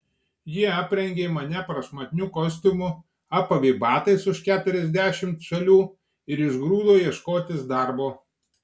ji aprengė mane prašmatniu kostiumu apavė batais už keturiasdešimt žalių ir išgrūdo ieškotis darbo